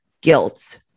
guilt